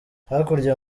hakurya